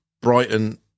Brighton